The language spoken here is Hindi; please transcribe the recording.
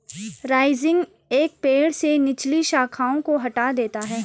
राइजिंग एक पेड़ से निचली शाखाओं को हटा देता है